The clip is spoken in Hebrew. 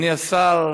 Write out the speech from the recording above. אדוני השר,